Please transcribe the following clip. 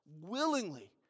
willingly